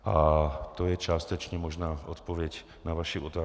A to je částečně možná odpověď na vaši otázku.